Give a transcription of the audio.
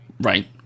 Right